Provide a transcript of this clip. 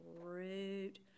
root